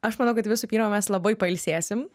aš manau kad visų pirma mes labai pailsėsim